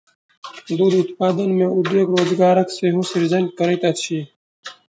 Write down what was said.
दूध उत्पादन उद्योग रोजगारक सेहो सृजन करैत अछि